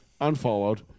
unfollowed